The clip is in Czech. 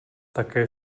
také